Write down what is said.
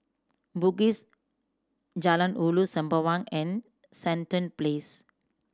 Bugis Jalan Ulu Sembawang and Sandown Place